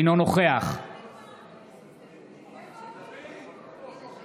בעד יעקב מרגי, אינו נוכח עידית סילמן, אינה נוכחת